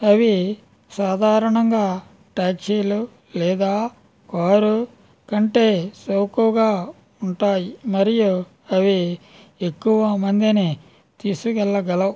అవి సాధారణంగా టాక్సీలు లేదా కారు కంటే సోకుగా ఉంటాయి మరియు అవి ఎక్కువ మందిని తీసుకు వెళ్ళగలవు